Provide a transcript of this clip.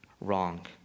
wrong